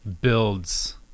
builds